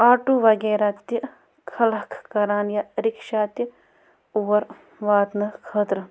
auto وغیرہ تہِ خلَق کَران یا رِکشا تہِ اور واتنہٕ خٲطرٕ